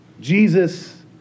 Jesus